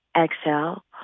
Exhale